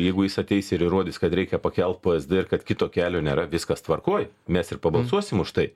jeigu jis ateis ir įrodys kad reikia pakelt psd kad kito kelio nėra viskas tvarkoj mes ir pabalsuosim už tai